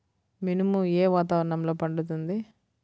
మినుము ఏ వాతావరణంలో పండుతుంది?